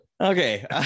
okay